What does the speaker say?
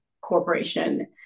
corporation